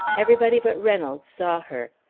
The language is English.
everybody but reynolds saw her.